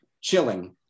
chilling